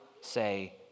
say